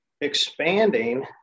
expanding